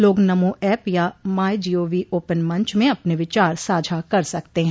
लोग नमो ऐप या my G O V open मंच में अपने विचार साझा कर सकते हैं